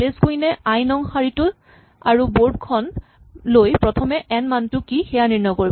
place queen এ i নং শাৰীটো আৰু বৰ্ড খন লৈ প্ৰথমে এন মানটো কি সেয়া নিৰ্ণয় কৰিব